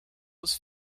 was